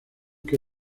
que